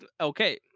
okay